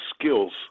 skills